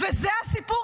וזה הסיפור.